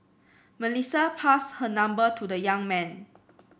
Melissa passed her number to the young man